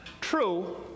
true